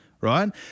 right